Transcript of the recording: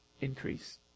increase